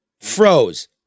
froze